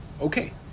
okay